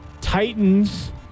Titans